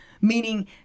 meaning